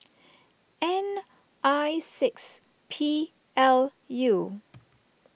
N I six P L U